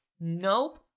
nope